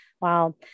Wow